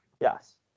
Yes